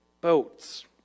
boats